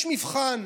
יש מבחן,